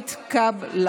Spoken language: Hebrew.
התקבלה